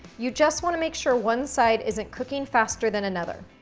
you just wanna make sure one side isn't cooking faster than another.